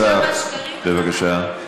אדוני השר, בבקשה,